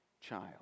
child